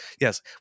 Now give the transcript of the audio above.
yes